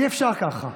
אי-אפשר ככה.